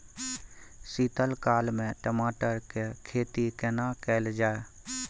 शीत काल में टमाटर के खेती केना कैल जाय?